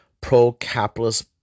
pro-capitalist